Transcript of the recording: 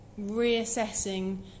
reassessing